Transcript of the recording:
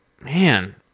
Man